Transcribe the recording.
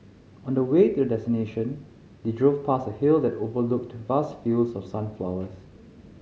on the way to their destination they drove past a hill that overlooked vast fields of sunflowers